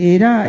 Era